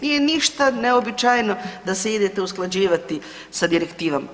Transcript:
Nije ništa neuobičajeno da se idete usklađivati sa direktivama.